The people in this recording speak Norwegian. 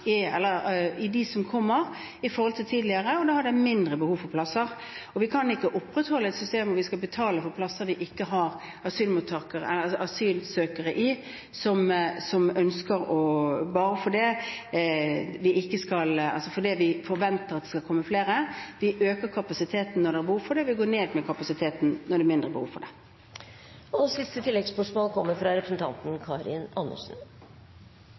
i antallet som kommer. Da har man mindre behov for plasser. Vi kan ikke opprettholde et system der vi skal betale for plasser vi ikke har asylsøkere i, bare fordi vi forventer at det skal komme flere. Vi øker kapasiteten når det er behov for det, og vi reduserer kapasiteten når det er mindre behov. Karin Andersen – til oppfølgingsspørsmål. Det